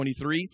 23